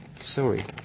sorry